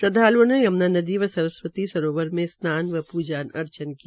श्रद्वाल्ओं ने यम्ना नदी व सरस्वती सरोवर में स्नान व पूजा अर्चना की